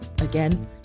again